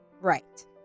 Right